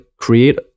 Create